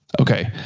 Okay